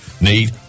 need